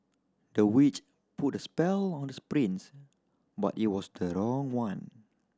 the witch put a spell on the prince but it was the wrong one